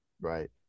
right